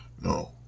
No